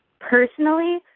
Personally